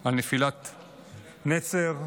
על נפילת נצר,